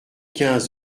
quinze